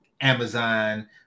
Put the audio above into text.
Amazon